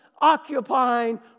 occupying